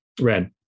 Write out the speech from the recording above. Red